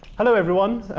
hello, everyone.